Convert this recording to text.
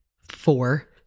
four